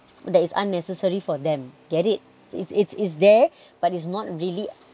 that is unnecessary for them get it it's it's there but it's not really